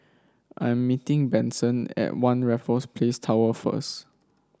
I'm meeting Benson at One Raffles Place Tower first